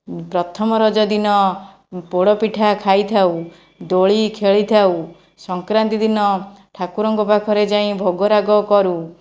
ପ୍ରଥମ ରଜ ଦିନ ପୋଡ଼ପିଠା ଖାଇଥାଉ ଦୋଳି ଖେଳିଥାଉ ସଂକ୍ରାନ୍ତି ଦିନ ଠାକୁରଙ୍କ ପାଖରେ ଯାଇ ଭୋଗରାଗ କରୁ